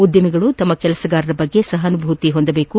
ಉದ್ದಮಿಗಳು ತಮ್ನ ಕೆಲಸಗಾರರ ಬಗ್ಗೆ ಸಹಾನುಭೂತಿ ಹೊಂದಬೇಕು